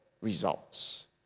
results